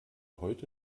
heute